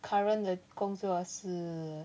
current 的工作是